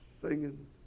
singing